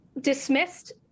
dismissed